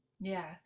Yes